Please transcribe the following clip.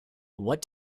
what